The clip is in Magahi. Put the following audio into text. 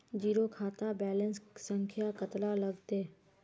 जीरो खाता बैलेंस संख्या कतला लगते?